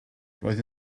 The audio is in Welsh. roedd